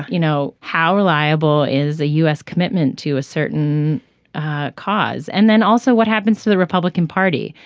you know how reliable is a u s. commitment to a certain cause and then also what happens to the republican party.